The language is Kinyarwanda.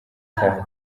cyaha